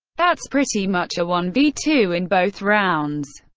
that's pretty much a one v two in both rounds!